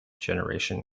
generation